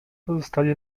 pozostali